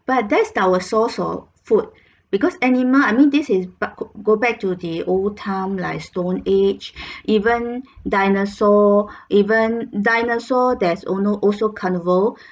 but that's our source of food because animal I mean this is back go back to the old time like stone age even dinosaur even dinosaur there's also also carnivore